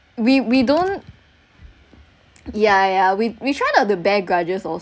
we we don't yeah yeah we we try not to bear grudges